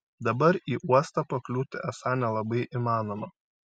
dabar į uostą pakliūti esą nelabai įmanoma